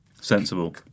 sensible